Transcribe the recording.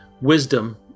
Wisdom